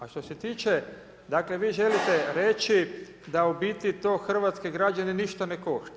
A što se tiče, dakle vi želite reći da u biti to hrvatske građane ništa ne košta.